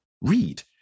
Read